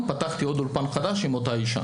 לימודי מורשת